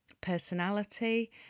personality